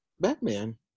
Batman